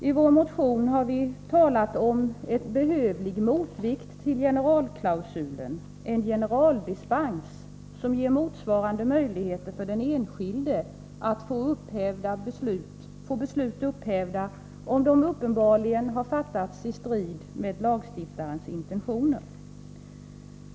I vår motion har vi talat om en behövlig motvikt till generalklausulen, en generaldispens, som ger motsvarande möjligheter för den enskilde att få beslut upphävda, om de uppenbarligen har fattats i strid med lagstiftarens intentioner.